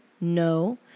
No